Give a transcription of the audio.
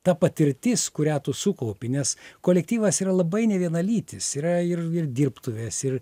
ta patirtis kurią tu sukaupi nes kolektyvas yra labai nevienalytis yra ir ir dirbtuvės ir